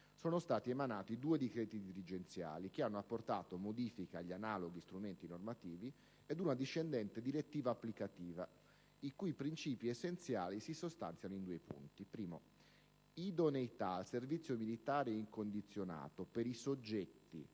sono stati emanati due decreti dirigenziali (che hanno apportato modifiche agli analoghi strumenti normativi) e la discendente direttiva applicativa, i cui principi essenziali si sostanziano in due punti, il primo dei quali è l'idoneità al servizio militare incondizionato per gli